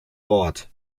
wort